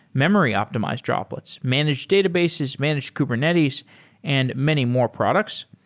memory optimized droplets, managed databases, managed kubernetes and many more products.